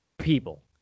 people